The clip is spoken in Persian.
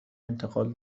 انتقال